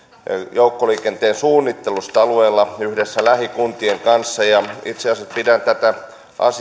joukkoliikenteen suunnittelusta alueella yhdessä lähikuntien kanssa itse asiassa pidän tätä